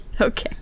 Okay